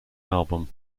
album